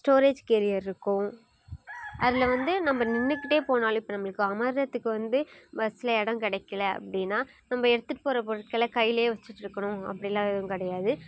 storage carrier இருக்கும் அதில் வந்து நம்ம நின்றுக்கிட்டே போனாலும் இப்போ நம்மளுக்கு அமரர்த்துக்கு வந்து பஸ்ஸில் இடம் கிடைக்கில அப்படினா நம்ம எடுத்துட்டு போகிற பொருட்களை கையில் வச்சிட்டிருக்கணும் அப்படிலாம் எதுவும் கிடையாது